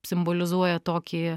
simbolizuoja tokį